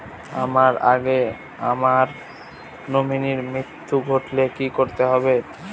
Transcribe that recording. আমার আগে আমার নমিনীর মৃত্যু ঘটলে কি করতে হবে?